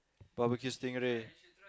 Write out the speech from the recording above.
barbecue stingray